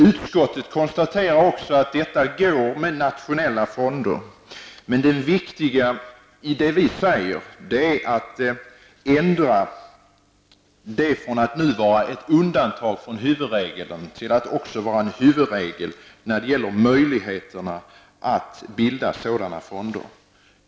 Utskottet konstaterar också att detta går med nationella fonder. Men det viktiga i det vi säger är att man ändrar det från att som nu vara ett undantag från huvudregeln till att vara en huvudregel också när det gäller möjligheterna att bilda sådana fonder.